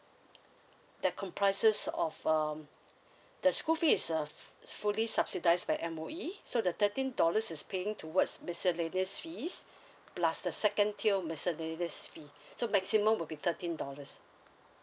that comprises of um the school fees is uh fully subsidised by M_O_E so the thirteen dollars is paying towards miscellaneous fees plus the second tier miscellaneous fees so maximum will be thirteen dollars